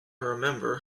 remember